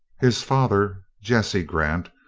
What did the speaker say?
his father, jesse grant,